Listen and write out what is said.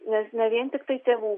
nes ne vien tiktai tėvų